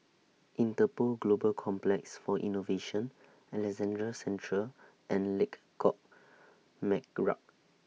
Interpol Global Complex For Innovation Alexandra Central and Lengkok Merak